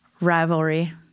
rivalry